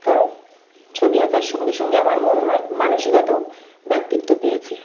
কারণ ছবি আঁকার সঙ্গে সঙ্গে আমার মনময় মানসিকতাও ব্যক্তিত্ব পেয়েছে